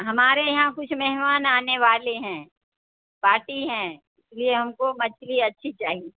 ہمارے یہاں کچھ مہمان آنے والے ہیں پارٹی ہیں اس لیے ہم کو مچھلی اچھی چاہی